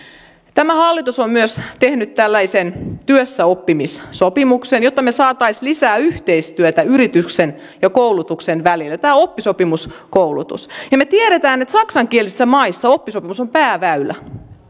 tämä hallitus on myös tehnyt tällaisen työssäoppimissopimuksen jotta me saisimme lisää yhteistyötä yritysten ja koulutuksen välillä tämä on oppisopimuskoulutus me tiedämme että saksankielisissä maissa oppisopimus on pääväylä